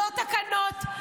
לא תקנות,